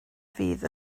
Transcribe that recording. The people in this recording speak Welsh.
fydd